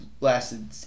lasted